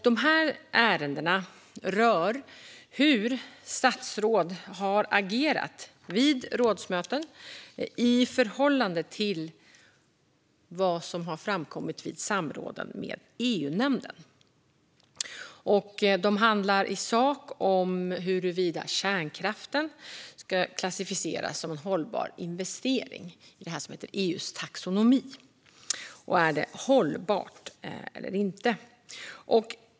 Dessa ärenden rör hur statsråd har agerat vid rådsmöten i förhållande till vad som har framkommit vid samråden med EU-nämnden. De handlar i sak om huruvida kärnkraften ska klassificeras som en hållbar investering i det som heter EU:s taxonomi.